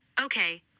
Okay